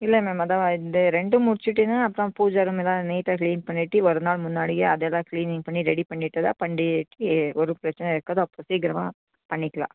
இல்லை மேம் அதான் வந்து ரெண்டும் முடிச்சிவிட்டிங்கனா அப்புறம் பூஜை ரூம் எல்லாம் நீட்டாக க்ளீன் பண்ணிவிட்டு ஒரு நாள் முன்னாடியே அதெல்லாம் க்ளீனிங் பண்ணிவிட்டு ரெடி பண்ணிவிட்டு தான் பண்டிகைக்கு ஒரு பிரச்சனை இருக்காது அப்புறம் சீக்கிரமாக பண்ணிக்கலாம்